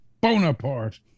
bonaparte